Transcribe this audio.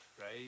right